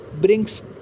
brings